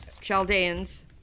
Chaldeans